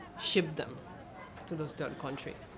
ship them to those third countries,